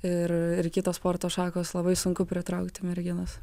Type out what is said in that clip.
ir ir kitos sporto šakos labai sunku pritraukti merginas